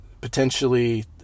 potentially